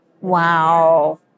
wow